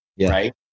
right